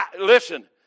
listen